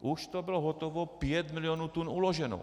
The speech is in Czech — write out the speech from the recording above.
Už to bylo hotovo, 5 milionů tun uloženo.